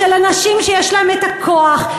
של אנשים שיש להם את הכוח,